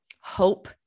hope